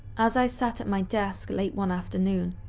as i sat at my desk late one afternoon,